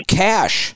cash